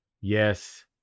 Yes